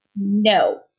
no